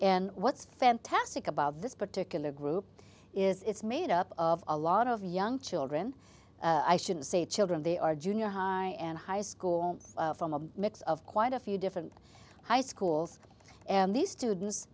and what's fantastic about this particular group is it's made up of a lot of young children i shouldn't say children they are junior high and high school from a mix of quite a few different high schools and these students